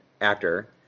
actor